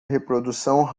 reprodução